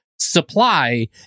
Supply